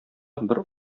бер